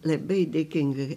labai dėkinga